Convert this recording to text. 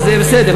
בסדר,